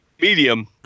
medium